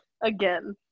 again